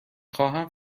خواهم